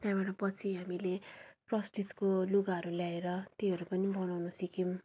त्यहाँबाट पछि हामीले क्रस्टिजको लुगाहरू ल्याएर त्योहरू पनि बनाउन सिक्यौँ